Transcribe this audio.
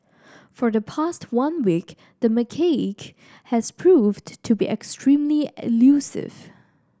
for the past one week the macaque has proven to be extremely elusive